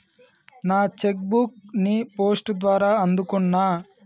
నా cheque book ని post ద్వారా అందుకున్నా